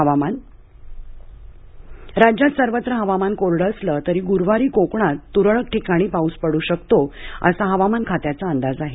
हवामान राज्यात सर्वत्र हवामान कोरडे असले तरी गुरूवारी कोकणात तुरळक ठिकाणी पाऊस पडू शकतो असा हवामान खात्याचा अंदाज आहे